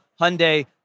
Hyundai